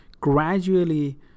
gradually